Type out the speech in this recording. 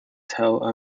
tel